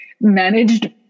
managed